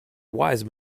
wise